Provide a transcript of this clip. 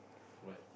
but